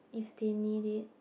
if they need it